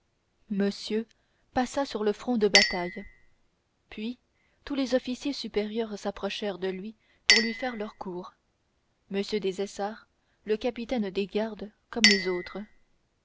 monsieur passa sur le front de bataille puis tous les officiers supérieurs s'approchèrent de lui pour lui faire leur cour m des essarts le capitaine des gardes comme les autres